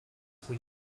were